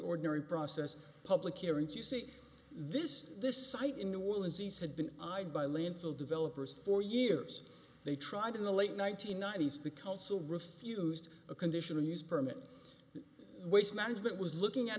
ordinary process public hearings you see this this site in new orleans east had been i by landfill developers for years they tried in the late one nine hundred ninety s the council refused a conditional use permit waste management was looking at